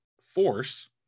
force